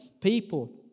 people